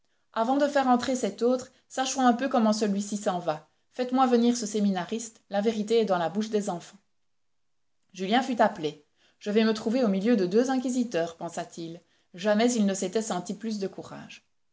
avant de faire entrer cet autre sachons un peu comment celui-ci s'en va faites-moi venir ce séminariste la vérité est dans la bouche des enfants julien fut appelé je vais me trouver au milieu de deux inquisiteurs pensa-t-il jamais il ne s'était senti plus de courage